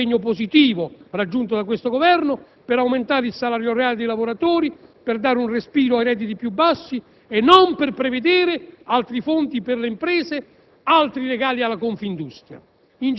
(impegno positivo raggiunto da questo Governo) per aumentare il salario reale dei lavoratori, per dare un respiro ai redditi più bassi, e non per prevedere altri fondi a favore delle imprese e altri regali alla Confindustria.